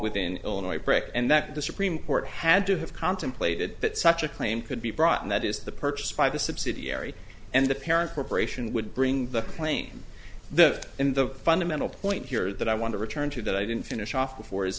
within illinois brick and that the supreme court had to have contemplated that such a claim could be brought and that is the purchase by the subsidiary and the parent corporation would bring the claim the in the fundamental point here that i want to return to that i didn't finish off before is